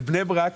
ל-"בני ברק",